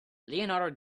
leonardo